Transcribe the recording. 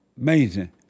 Amazing